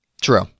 True